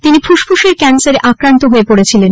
তিনি ফুসফুসের ক্যান্সারে আক্রান্ত হয়েছিলেন